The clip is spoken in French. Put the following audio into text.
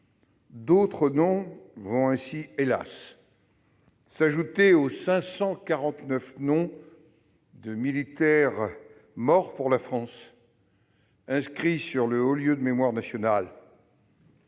D'autres noms vont ainsi, hélas, s'ajouter à ceux des 549 militaires morts pour la France inscrits sur le haut lieu de mémoire nationale,